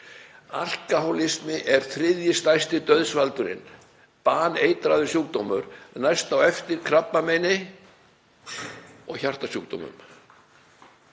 Alkóhólismi er þriðji stærsti dauðsvaldurinn, baneitraður sjúkdómur, næst á eftir krabbameini og hjartasjúkdómum.